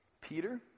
Peter